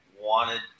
wanted